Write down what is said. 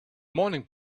morning